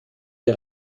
der